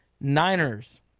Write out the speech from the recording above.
Niners